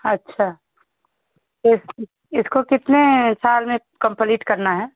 अच्छा इस इसको कितने साल में कम्पलीट करना है